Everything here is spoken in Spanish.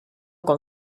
con